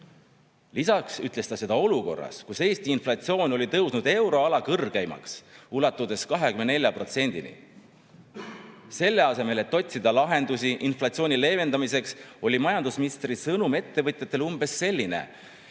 Lisaks ütles ta seda olukorras, kus Eesti inflatsioon oli tõusnud euroala kõrgeimaks, ulatudes 24%-ni. Selle asemel, et otsida lahendusi inflatsiooni leevendamiseks, oli majandusministri sõnum ettevõtjatele umbes selline, et